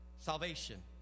Salvation